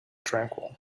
tranquil